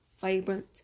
vibrant